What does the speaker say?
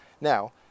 now